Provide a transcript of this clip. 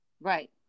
right